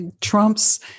Trump's